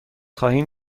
خواهیم